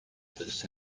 this